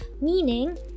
meaning